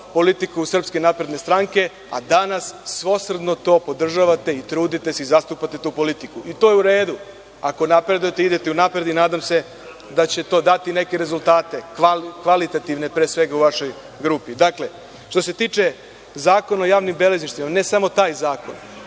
politiku SNS, a danas svosrdno to podržavate i trudite se i zastupate tu politiku. To je u redu ako napredujete, idete u napred i nadam se da će to dati neki rezultate, kvalitativne pre svega u vašoj grupi. Dakle, što se tiče Zakona o javnom beležništvu, ne samo taj zakon,